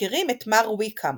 מכירים את מר ויקהם,